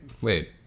wait